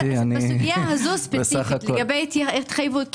בסוגיה הזו ספציפית לגבי התחייבות,